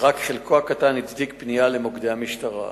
ורק חלקן הקטן הצדיק פנייה למוקדי המשטרה.